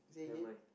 never mind